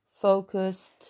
focused